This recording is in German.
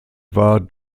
war